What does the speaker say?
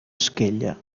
esquella